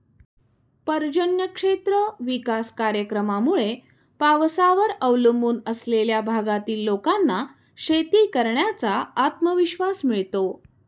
पर्जन्य क्षेत्र विकास कार्यक्रमामुळे पावसावर अवलंबून असलेल्या भागातील लोकांना शेती करण्याचा आत्मविश्वास मिळतो